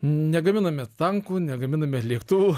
negaminame tankų negaminame lėktuvų